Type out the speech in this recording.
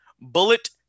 bullet